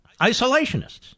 Isolationists